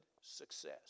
success